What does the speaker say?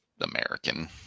American